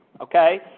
okay